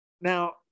now